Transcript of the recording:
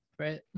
right